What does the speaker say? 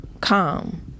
calm